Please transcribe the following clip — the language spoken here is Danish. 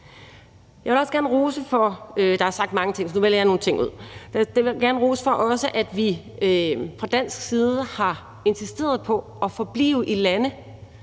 Jeg vil også gerne komme med en ros for, at vi fra dansk side har insisteret på at forblive i lande,